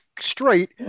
straight